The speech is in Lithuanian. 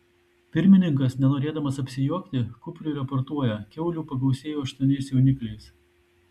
pirmininkas nenorėdamas apsijuokti kupriui raportuoja kiaulių pagausėjo aštuoniais jaunikliais